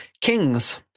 Kings